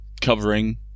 covering